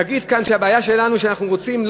להגיד כאן שהבעיה שלנו שאנחנו לא רוצים,